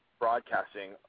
broadcasting